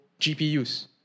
GPUs